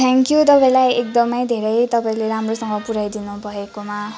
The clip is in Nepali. थ्याङ्क्यू तपाईँलाई एक्दमै धेरै तपाईँले राम्रोसँग पुऱ्याइदिनु भएकोमा